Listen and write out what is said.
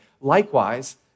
Likewise